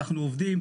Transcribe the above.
אנחנו עובדים,